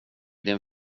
din